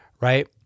right